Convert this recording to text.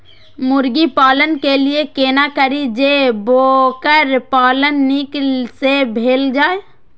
मुर्गी पालन के लिए केना करी जे वोकर पालन नीक से भेल जाय?